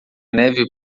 neve